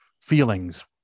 feelings